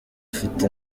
afite